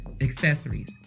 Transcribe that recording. accessories